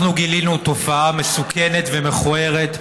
אנחנו גילינו תופעה מסוכנת ומכוערת,